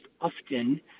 often